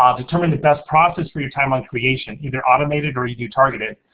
um determine the best process for your timeline creation, either automated or you do targeted,